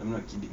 I'm not kidding